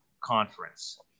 conference